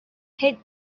hit